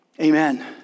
Amen